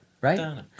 Right